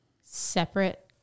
separate